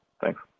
Thanks